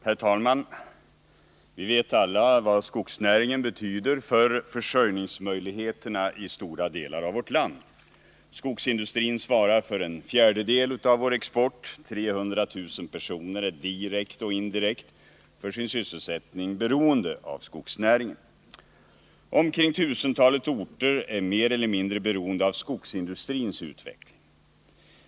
Herr talman! Vi vet alla vad skogsnäringen betyder för försörjningsmöjligheterna i stora delar av vårt land. Skogsindustrin svarar för en fjärdedel av vår export. 300 000 personer är direkt och indirekt för sin sysselsättning beroende av skogsnäringen. Tusentalet orter är mer eller mindre beroende av skogsindustrins utveckling.